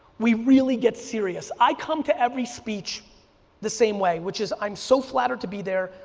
we really get serious. i come to every speech the same way which is i'm so flattered to be there,